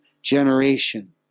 generation